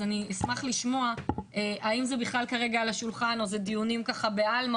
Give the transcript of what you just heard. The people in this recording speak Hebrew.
אז אני אשמח לשמוע האם זה בכלל כרגע על השולחן או זה דיונים בעלמא